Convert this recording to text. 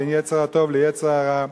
בין יצר הטוב ליצר הרע.